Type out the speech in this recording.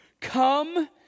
Come